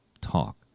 talk